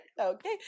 okay